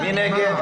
מי נמנע?